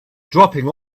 dropping